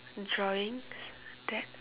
drawings that